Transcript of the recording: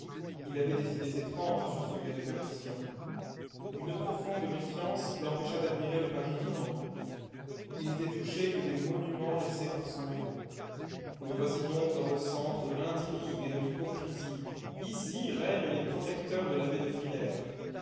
il avait des idées étranges sur ce lieu de perdition une profonde méfiance l'empêcha d'admirer le paris vivant il n'était touché que des monuments laissés par son héros me voici donc dans le centre de l'intrigue et de l'hypocrisie ici règnent les protecteurs de l'abbé de frilair